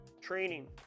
training